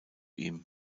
ihm